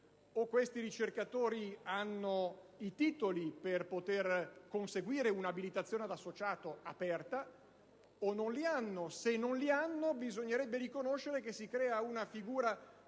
o questi ricercatori hanno i titoli per poter conseguire un'abilitazione aperta ad associato o non li hanno; in questo caso, bisognerebbe riconoscere che si crea una figura